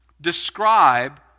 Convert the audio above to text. describe